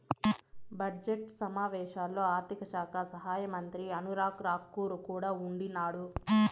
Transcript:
budget సమావేశాల్లో ఆర్థిక శాఖ సహాయమంత్రి అనురాగ్ రాకూర్ కూడా ఉండిన్నాడు